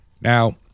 Now